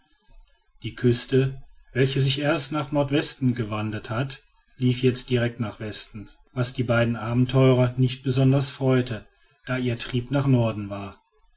die küste welche sich erst nach nordwest gewandt hatte lief jetzt direkt nach westen was die beiden abenteurer nicht besonders freute da ihr trieb nach norden war